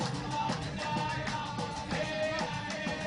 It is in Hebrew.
נמצאת איתנו דרך ה'זום', הכתבת סיוון רהב